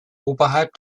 oberhalb